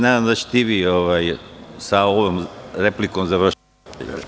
Nadam se da ćete i vi sa ovom replikom završiti.